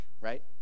right